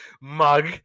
Mug